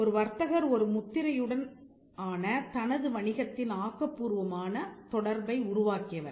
ஒரு வர்த்தகர் ஒரு முத்திரையுடன் ஆன தனது வணிகத்தின் ஆக்கப்பூர்வமான தொடர்பை உருவாக்கியவர்